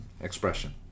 expression